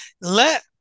Let